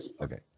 Okay